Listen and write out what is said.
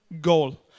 goal